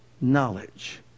knowledge